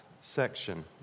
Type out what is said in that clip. section